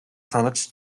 санаж